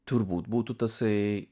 turbūt būtų tasai